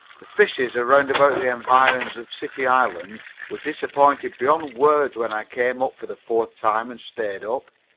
the fishes around about the environs of city island were disappointed beyond words when i came up for the fourth time and stayed up.